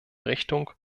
richtung